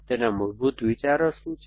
તેના મૂળભૂત વિચારો શું છે